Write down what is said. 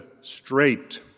straight